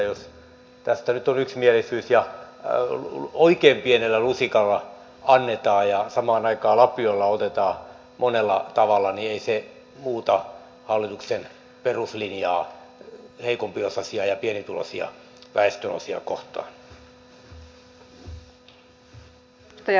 jos tästä nyt on yksimielisyys ja oikein pienellä lusikalla annetaan ja samaan aikaan lapiolla otetaan monella tavalla niin ei se muuta hallituksen peruslinjaa heikompiosaisia ja pienituloisia väestönosia kohtaan